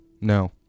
no